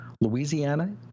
Louisiana